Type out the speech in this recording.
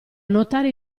nuotare